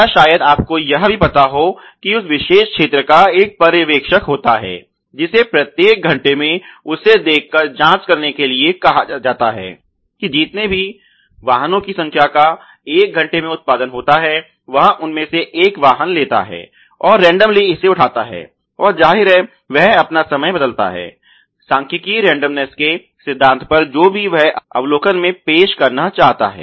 या शायद आपको यह भी पता हो कि उस विशेष क्षेत्र का एक पर्यवेक्षक होता है जिसे प्रत्येक घंटे में उसे देखकर जांच करने के लिए कहा जाता है कि जीतने भी वाहनों कि संख्या का एक घंटे में उत्पादन होता है वह उनमें से एक वाहन लेता है और रैनडमली इसे उठाता है और जाहिर है वह अपना समय बदलता है सांख्यिकीय रेंडमनेस के सिद्धांत पर जो भी वह अवलोकन में पेश करना चाहता है